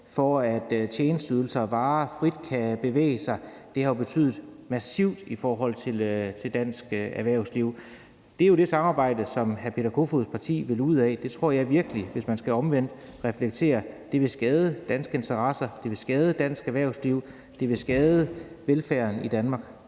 for, at tjenesteydelser og varer frit kan bevæge sig, at det har haft en massiv betydning i forhold til dansk erhvervsliv. Det er jo det samarbejde, som hr. Peter Kofods parti vil ud af. Hvis man skal reflektere over det, tror jeg, man vil se, at det vil skade danske interesser; det vil skade dansk erhvervsliv, og det vil skade velfærden i Danmark.